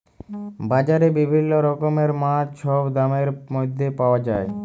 বাজারে বিভিল্ল্য রকমের মাছ ছব দামের ম্যধে পাউয়া যায়